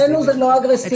אצלנו זה לא אגרסיבי.